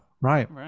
right